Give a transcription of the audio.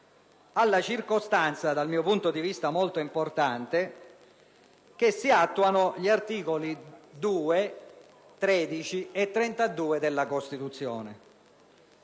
alla circostanza - dal mio punto di vista molto importante - che si dà attuazione agli articoli 2, 13 e 32 della Costituzione.